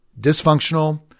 dysfunctional